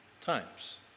times